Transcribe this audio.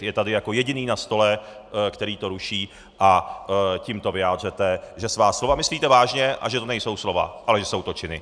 Je tady jako jediný na stole, který to ruší, a tímto vyjádřete, že svá slova myslíte vážně a že to nejsou slova, ale že jsou to činy.